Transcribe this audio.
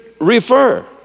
refer